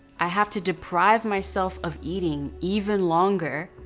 i have to deprive myself of eating even longer.